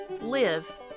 live